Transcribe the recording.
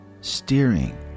steering